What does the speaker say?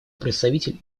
представитель